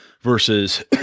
versus